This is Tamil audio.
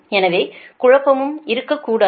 எனவே குழப்பமும் இருக்கக் கூடாது